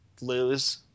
lose